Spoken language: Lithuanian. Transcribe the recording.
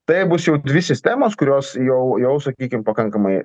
tai bus jau dvi sistemos kurios jau jau sakykim pakankamai